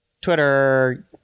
Twitter